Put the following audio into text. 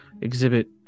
exhibit